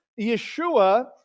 Yeshua